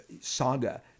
saga